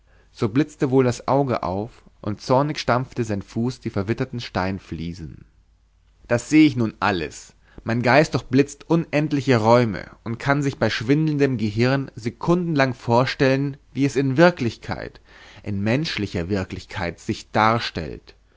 so blitzte wohl das auge auf und zornig stampfte sein fuß die verwitternden steinfliesen das sehe ich nun alles mein geist durchblitzt unendliche räume und kann sich bei schwindelndem gehirn sekundenlang vorstellen wie es in wirklichkeit in menschlicher wirklichkeit sich darstellt